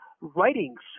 writings